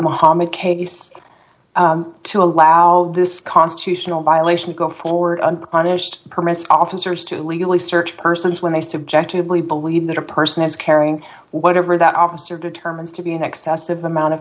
mohammad case to allow this constitutional violation to go forward unpunished permits officers to legally search persons when they subjectively believe that a person is carrying whatever that officer determines to be an excessive amount of